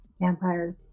Vampires